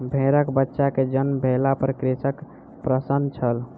भेड़कबच्चा के जन्म भेला पर कृषक प्रसन्न छल